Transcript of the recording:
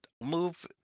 move